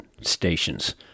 stations